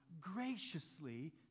graciously